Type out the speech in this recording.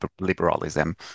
liberalism